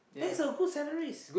that's a good salaries